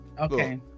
Okay